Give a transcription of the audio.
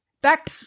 Back